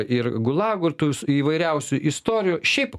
ir gulagų ir tų įvairiausių istorijų šiaip